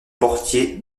portier